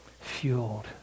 fueled